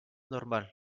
normal